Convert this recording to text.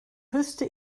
küsste